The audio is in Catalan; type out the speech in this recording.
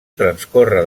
transcorre